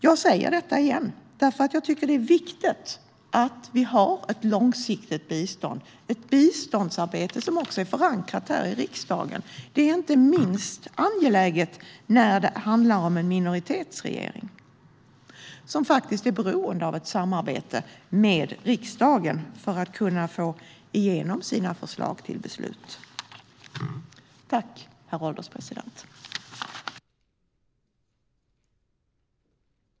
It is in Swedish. Jag säger detta igen, eftersom jag tycker att det är viktigt att vi har ett långsiktigt biståndsarbete som är förankrat här i riksdagen. Detta är inte minst angeläget när det handlar om en minoritetsregering som är beroende av ett samarbete med riksdagen för att kunna få igenom sina förslag till beslut.